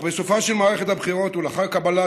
אך בסופה של מערכת הבחירות ולאחר קבלת